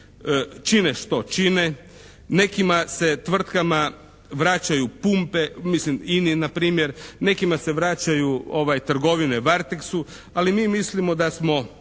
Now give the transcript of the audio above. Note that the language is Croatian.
čine što čine. Nekima se tvrtkama vraćaju pumpe, mislim INA-i npr. Nekima se vraćaju trgovine Varteksu, ali mi mislimo da smo